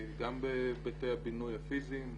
גם בבתי הבינוי הפיסיים.